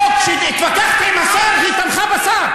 לא, כשהתווכחתי עם השר היא תמכה בשר.